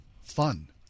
fun